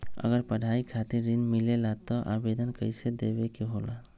अगर पढ़ाई खातीर ऋण मिले ला त आवेदन कईसे देवे के होला?